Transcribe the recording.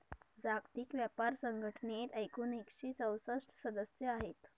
जागतिक व्यापार संघटनेत एकूण एकशे चौसष्ट सदस्य आहेत